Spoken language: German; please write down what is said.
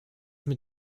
mit